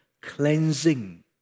cleansing